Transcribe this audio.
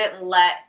let